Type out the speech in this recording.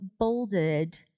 bolded